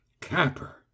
Capper